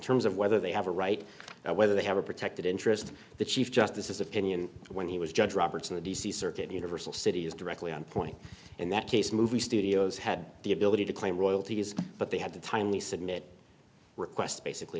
terms of whether they have a right now whether they have a protected interest the chief justice is opinion when he was judge roberts in the d c circuit universal city is directly on point and that case movie studios had the ability to claim royalties but they had to time the submit requests basically